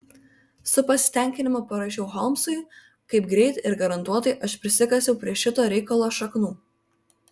su pasitenkinimu parašiau holmsui kaip greit ir garantuotai aš prisikasiau prie šito reikalo šaknų